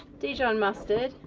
dijon mustard,